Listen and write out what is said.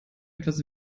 etwas